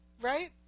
right